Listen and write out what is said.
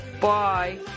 Bye